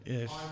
Yes